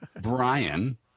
Brian